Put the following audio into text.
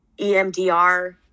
EMDR